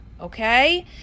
okay